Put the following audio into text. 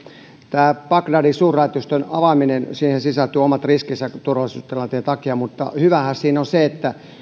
tähän bagdadin suurlähetystön avaamiseen sisältyy omat riskinsä turvallisuustilanteen takia mutta hyväähän siinä on se